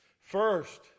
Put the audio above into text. First